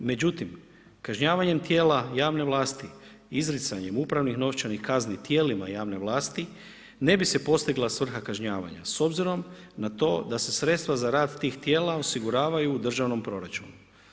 Međutim, kažnjavanjem tijela javne vlasti, izricanjem upravnih novčanih kazni tijelima javne vlasti ne bi se postigla svrha kažnjavanja, s obzirom na to da se sredstva za rad tih tijela, osiguravaju u državnom proračunu.